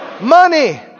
money